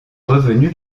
revenue